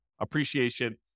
appreciation